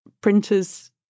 printers